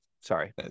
Sorry